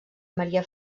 maria